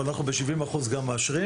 אבל אנחנו ב-70% גם מאשרים.